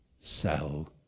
sell